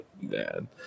Man